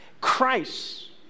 Christ